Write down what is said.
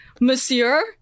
monsieur